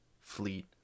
Fleet